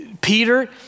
Peter